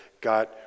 got